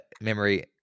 memory